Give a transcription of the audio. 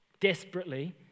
desperately